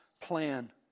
plan